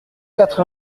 quatre